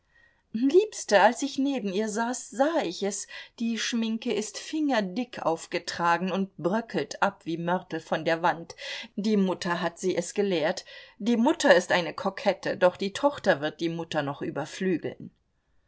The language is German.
liebste als ich neben ihr saß sah ich es die schminke ist fingerdick aufgetragen und bröckelt ab wie mörtel von der wand die mutter hat sie es gelehrt die mutter ist eine kokette doch die tochter wird die mutter noch überflügeln